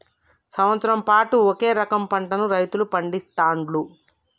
సంవత్సరం పాటు ఒకే రకం పంటలను రైతులు పండిస్తాండ్లు